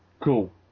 Cool